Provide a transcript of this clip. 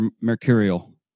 mercurial